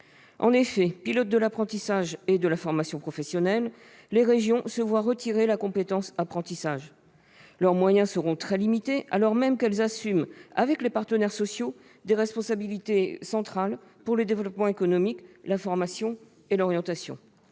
En effet, pilotes de l'apprentissage et de la formation professionnelle, les régions se voient retirer la compétence en matière d'apprentissage. Leurs moyens seront très limités, alors même qu'elles assument, avec les partenaires sociaux, des responsabilités centrales en termes de développement économique, de formation et d'orientation.